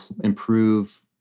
improve